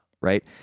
right